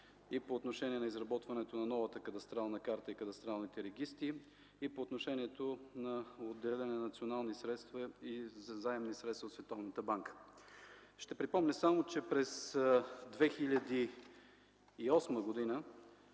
и по отношение на изработването на новата кадастрална карта и кадастралните регистри, и по отношение на отделяне на национални средства и заемни средства от Световната банка. Ще припомня само, че през 2008 г.